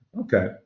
Okay